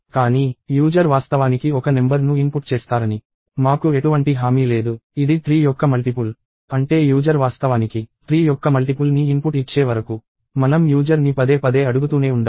కానీ యూజర్ వాస్తవానికి ఒక నెంబర్ ను ఇన్పుట్ చేస్తారని మాకు ఎటువంటి హామీ లేదు ఇది 3 యొక్క మల్టిపుల్ అంటే యూజర్ వాస్తవానికి 3 యొక్క మల్టిపుల్ ని ఇన్పుట్ ఇచ్చే వరకు మనం యూజర్ ని పదే పదే అడుగుతూనే ఉండాలి